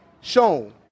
shown